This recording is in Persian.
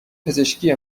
پزشکی